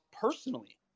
personally